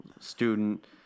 student